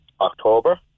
October